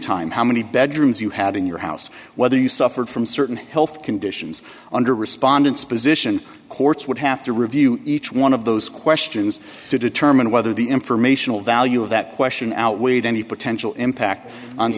time how many bedrooms you had in your house whether you suffered from certain health conditions under respondents position courts would have to review each one of those questions to determine whether the informational value of that question outweighed any potential impact on